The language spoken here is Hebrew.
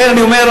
לכן אני אומר,